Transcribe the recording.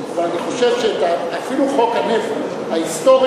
אבל אני חושב שאפילו חוק הנפט ההיסטורי,